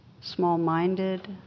small-minded